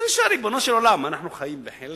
אז אני שואל: ריבונו של עולם, אנחנו חיים בחלם?